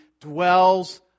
dwells